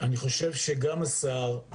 גם השר,